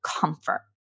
comfort